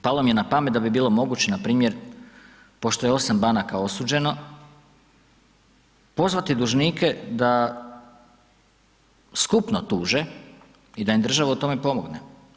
Palo mi je na pamet da bi bilo moguće npr. pošto je 8 banaka osuđeno, pozvati dužnike da skupno tuže i da im država u tome pomogne.